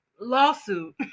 lawsuit